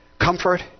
comfort